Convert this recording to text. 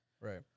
right